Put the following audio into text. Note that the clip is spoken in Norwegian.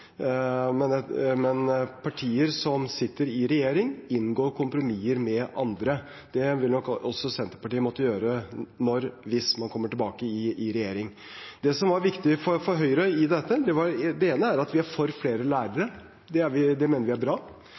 Men partier som sitter i regjering, inngår kompromisser med andre. Det vil nok også Senterpartiet måtte gjøre når/hvis man kommer tilbake i regjering. Det ene som er viktig for Høyre i dette, er at vi er for flere lærere. Det mener vi er bra, og det ser vi at vi nå har fått. Det andre er